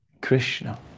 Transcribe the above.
Krishna